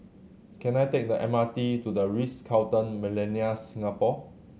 can I take the M R T to The Ritz Carlton Millenia Singapore